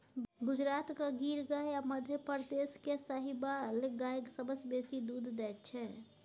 गुजरातक गिर गाय आ मध्यप्रदेश केर साहिबाल गाय सबसँ बेसी दुध दैत छै